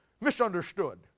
Misunderstood